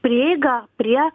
prieigą prie